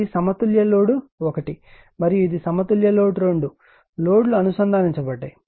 ఇది సమతుల్య లోడ్ 1 మరియు ఇది సమతుల్య లోడ్ 2 లోడ్లు అనుసంధానించబడ్డాయి